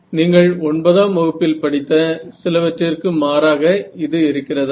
நீங்கள் ஒன்பதாம் வகுப்பில் படித்த சிலவற்றிற்கு மாறாக இது இருக்கிறதா